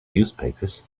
newspapers